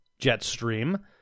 Jetstream